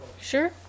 sure